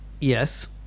Yes